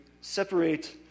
separate